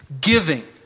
Giving